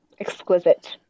Exquisite